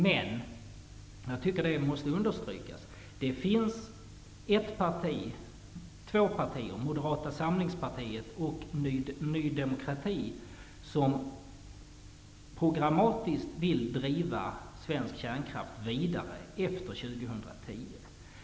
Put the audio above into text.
Jag tycker dock att det måste understrykas att det finns två partier - Moderata samlingspartiet och Ny demokrati - som programmatiskt vill driva svensk kärnkraft vidare efter år 2010.